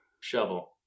Shovel